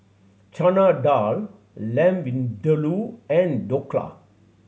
Chana Dal Lamb Vindaloo and Dhokla